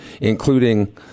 including